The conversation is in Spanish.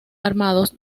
armados